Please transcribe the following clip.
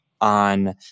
on